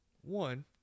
one